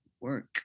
work